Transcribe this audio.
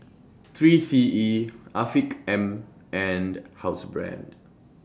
three C E Afiq M and Housebrand